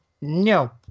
No